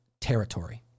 territory